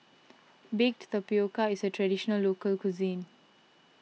Baked Tapioca is a Traditional Local Cuisine